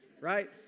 right